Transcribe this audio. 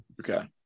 Okay